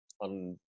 on